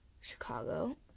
Chicago